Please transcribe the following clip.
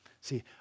See